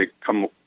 come